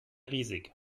riesig